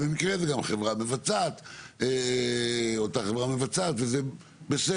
במקרה זה אותה חברה מבצעת וזה בסדר,